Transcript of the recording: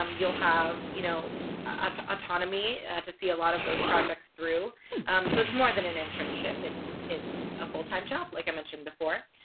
um you'll have you know ah autonomy to see a lot of those projects through so it's more than an internship it's it's a full-time job like i mentioned before.